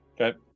Okay